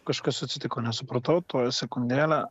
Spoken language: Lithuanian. kažkas atsitiko nesupratau tuoj sekundėlę